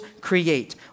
create